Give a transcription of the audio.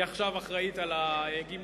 היא עכשיו אחראית על הגמלאים.